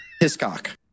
hiscock